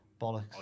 bollocks